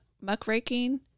muckraking